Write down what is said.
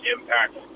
impact